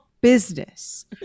business